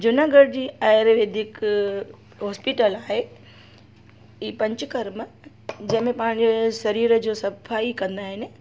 जूनागढ़ जी ayurvedic hospital आहे ई पंचकर्म जंहिंमें पंहिंजे शरीर जो सफ़ाई कंदा आहिनि